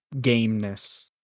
gameness